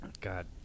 God